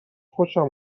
خوشم